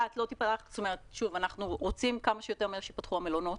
אנחנו רוצים כמה שיותר מהר ייפתחו המלונות.